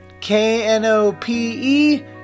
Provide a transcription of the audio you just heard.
K-N-O-P-E